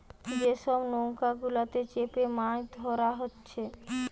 যে সব নৌকা গুলাতে চেপে মাছ ধোরা হচ্ছে